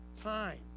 time